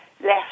left